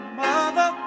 mother